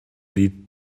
lied